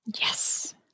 Yes